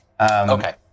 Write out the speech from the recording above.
Okay